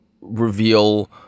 reveal